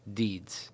deeds